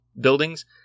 buildings